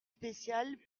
spéciale